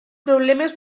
problemes